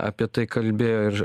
apie tai kalbėjo ir